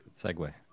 Segue